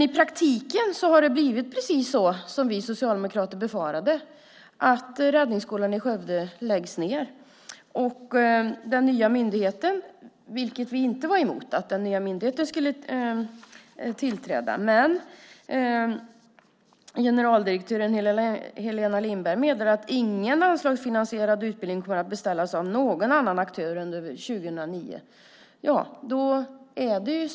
I praktiken har det blivit så som vi socialdemokrater befarade, nämligen att Räddningsskolan i Skövde läggs ned. Den nya myndighet som skulle tillträda var vi inte emot, men generaldirektören Helena Lindberg meddelade att ingen anslagsfinansierad utbildning kommer att beställas av någon annan aktör under 2009.